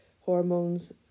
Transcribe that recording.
hormones